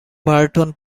burton